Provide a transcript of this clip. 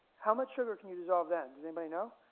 how much sugar can you dissolve then? does anybody know?